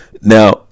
now